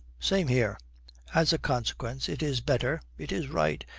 same here as a consequence it is better, it is right,